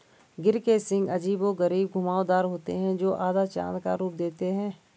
गिर के सींग अजीबोगरीब घुमावदार होते हैं, जो आधा चाँद का रूप देते हैं